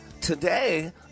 Today